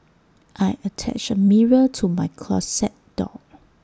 I attached A mirror to my closet door